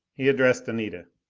he addressed anita.